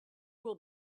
will